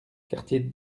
quartier